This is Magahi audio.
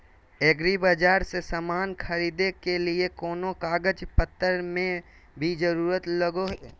एग्रीबाजार से समान खरीदे के लिए कोनो कागज पतर के भी जरूरत लगो है?